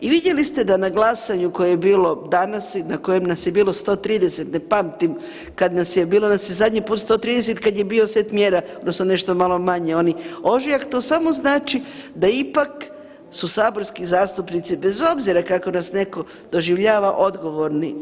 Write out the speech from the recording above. I vidjeli ste da na glasanju koje bilo danas i na koje nas je bilo 130, ne pamtim kad nas je, bilo nas je zadnji put 130 kad je bio set mjera odnosno nešto malo manje onih ožujak, to samo znači da ipak su saborski zastupnici, bez obzira kako nas netko doživljava, odgovorni.